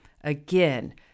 again